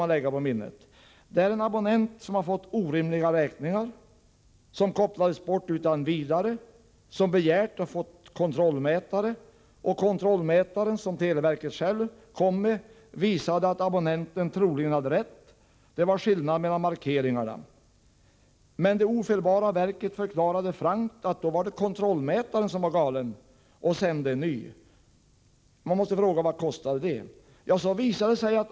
Det numret går till en abonnent som fått orimliga räkningar, som kopplats bort utan vidare och som begärt och fått kontrollmätare. Kontrollmätaren, som televerket levererade, visade att abonnenten troligen hade rätt — det var en skillnad mellan antalet markeringar. Men det ofelbara verket förklarade då frankt att det var kontrollmätaren som mätte galet — och sände en ny. Vad kostade det?